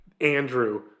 Andrew